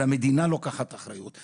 והמדינה לוקחת אחריות,